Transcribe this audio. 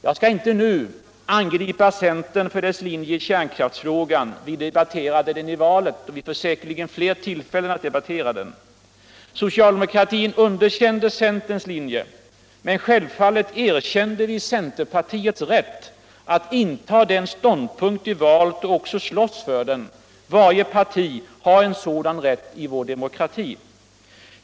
Jag skall inte nu angripa centern för dess linje i kärnkraftstfrågan. Vi debatterade den i valet, och vi får säkerligen fler tillfällen att göra det. Socialdemokratin underkände centerns linje. men självfallet erkände vi centerpartiets rätt att inta den ståndpunkt de valt och att också slåss för den. Varje parti har en sådan rätt i vår demokrati.